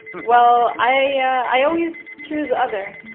well, i always choose other,